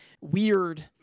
weird